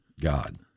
God